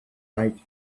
fight